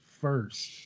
first